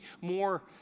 more